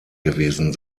gewesen